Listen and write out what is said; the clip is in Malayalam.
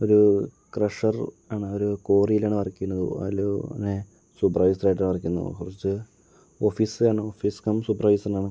ഒരൂ ക്രെഷർ ആണ് ഒരു കോറീലാണ് വർക്ക് ചെയ്യണത് അതില് പിന്നെ സൂപ്പർവൈസറായിട്ടാണ് വർക്ക് ചെയ്യുന്നത് കുറച്ച് ഓഫീസ് ആണ് ഓഫീസ് കം സൂപ്പർവൈസറാണ്